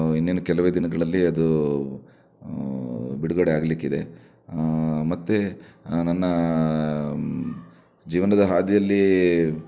ಇನ್ನೇನು ಕೆಲವೇ ದಿನಗಳಲ್ಲಿ ಅದು ಬಿಡುಗಡೆ ಆಗಲಿಕ್ಕಿದೆ ಮತ್ತು ನನ್ನ ಜೀವನದ ಹಾದಿಯಲ್ಲಿ